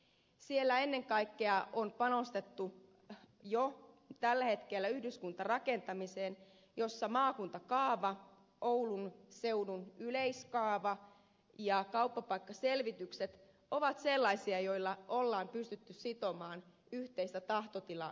siellä ennen kaikkea on panostettu jo tällä hetkellä yhdyskuntarakentamiseen jossa maakuntakaava oulun seudun yleiskaava ja kauppapaikkaselvitykset ovat sellaisia joilla on pystytty sitomaan yhteistä tahtotilaa yhdyskuntarakentamisen puitteissa